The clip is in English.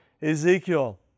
Ezekiel